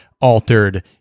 altered